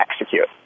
execute